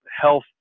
health